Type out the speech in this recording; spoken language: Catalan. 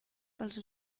pels